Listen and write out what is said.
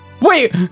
Wait